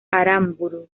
aramburu